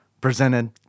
presented